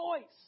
choice